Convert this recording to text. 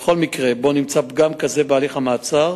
בכל מקרה שבו נמצא פגם כזה בהליך המעצר